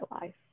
life